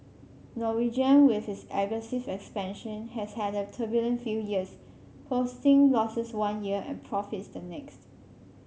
Norwegian with its aggressive expansion has had a turbulent few years posting losses one year and profits the next